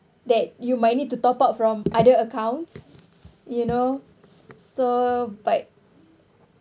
that you might need to top up from other accounts you know so but